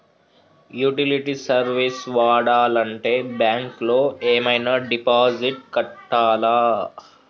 Utility service వాడాలంటే bank లో ఏమైనా డిపాజిట్ కట్టాలా?